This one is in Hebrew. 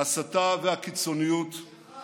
ההסתה והקיצוניות, שלך.